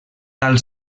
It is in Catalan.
tal